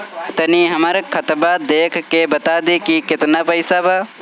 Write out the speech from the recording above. तनी हमर खतबा देख के बता दी की केतना पैसा बा?